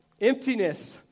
emptiness